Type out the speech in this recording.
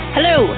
Hello